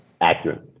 Accurate